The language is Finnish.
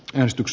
jos tyks